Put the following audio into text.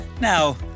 Now